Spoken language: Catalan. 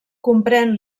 comprèn